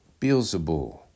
Beelzebul